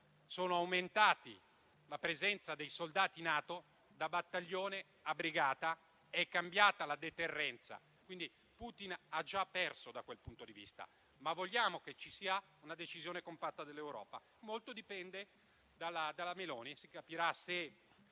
è aumentata la presenza dei soldati NATO, da battaglione a brigata. È cambiata la deterrenza e, quindi, Putin ha già perso da quel punto di vista. Tuttavia, vogliamo che ci sia una decisione compatta dall'Europa. Molto dipende dalla presidente del